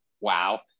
wow